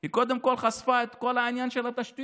היא קודם כול חשפה את כל העניין של התשתיות.